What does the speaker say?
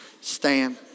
Stand